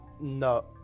No